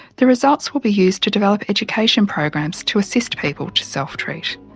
the results will be used to develop education programs to assist people to self-treat.